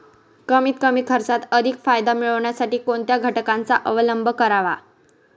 कमीत कमी खर्चात अधिक फायदा मिळविण्यासाठी कोणत्या घटकांचा अवलंब करावा?